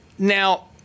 Now